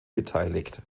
beteiligt